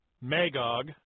Magog